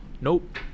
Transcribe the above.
Nope